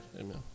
Amen